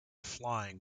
flying